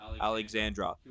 Alexandra